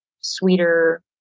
sweeter